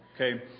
okay